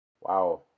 Wow